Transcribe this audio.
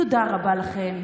תודה רבה לכם.